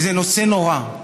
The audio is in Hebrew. וזה נושא נורא.